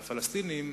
והפלסטינים,